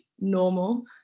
normal